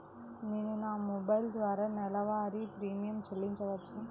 నేను నా మొబైల్ ద్వారా నెలవారీ ప్రీమియం చెల్లించవచ్చా?